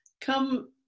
Come